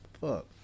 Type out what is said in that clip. fuck